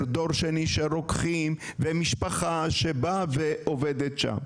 דור שני של רוקחים ומשפחה שבאה ועובדת שם.